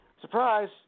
Surprise